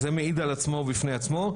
אז זה מעיד על עצמו בפני עצמו.